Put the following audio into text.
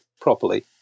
properly